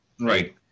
Right